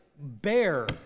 bear